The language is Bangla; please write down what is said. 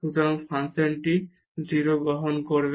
সুতরাং ফাংশনটি মান 0 গ্রহণ করবে